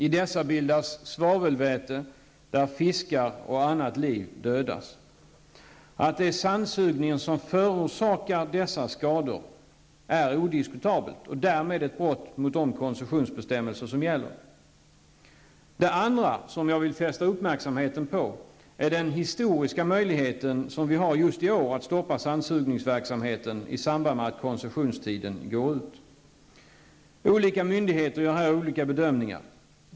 I dessa bildas svavelväte, där fiskar och annat liv dödas. Att det är sandsugningen som förorsakar dessa skador är odiskutabelt och därmed ett brott mot de koncessionsbestämmelser som gäller. Det andra som jag vill fästa uppmärksamheten på är den historiska möjligheten som vi har just i år att stoppa sandsugningsverksamheten i samband med att koncessionstiden går ut. Olika myndigheter gör här olika bedömningar.